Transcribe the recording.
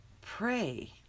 Pray